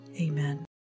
Amen